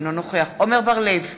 אינו נוכח עמר בר-לב,